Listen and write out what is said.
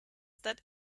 that